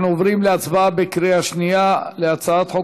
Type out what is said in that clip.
אנחנו עוברים להצבעה בקריאה שנייה על הצעת חוק